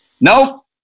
Nope